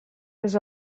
was